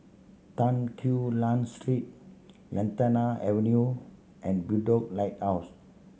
Tan Quee Lan Street Lantana Avenue and Bedok Lighthouse